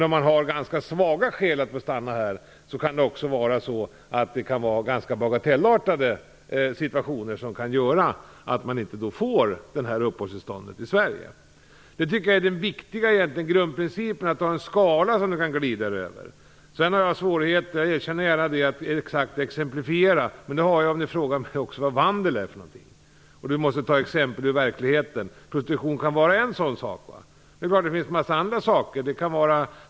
Om man har ganska svaga skäl att stanna kan det vara ganska bagatellartade situationer som kan göra att man inte får uppehållstillstånd i Sverige. Det tycker jag är det viktiga. Grundprincipen är att det finns en skala som man kan glida över. Jag erkänner gärna att jag har svårigheter att exemplifiera exakt, men det har jag även om man frågar mig vad "vandel" är och jag måste ge exempel ur verkligheten. Prostitution kan vara en sådan sak. Det är klart att det finns en massa andra saker.